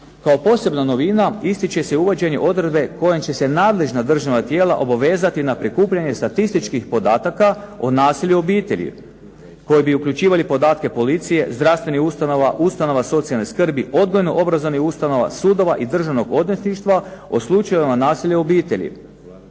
Kao posebna novina ističe se uvođenje odredbe kojom će se nadležna državna tijela obavezati na prikupljanje statističkih podataka o nasilju u obitelji koji bi uključivali podatke policije, zdravstvenih ustanova, ustanova socijalne skrbi, odgojno-obrazovnih ustanova, sudova i državnog odvjetništva o slučajevima nasilja u obitelji,